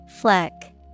Fleck